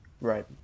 right